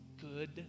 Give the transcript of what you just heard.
good